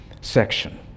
section